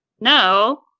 no